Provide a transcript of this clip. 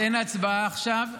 אז אין הצבעה עכשיו.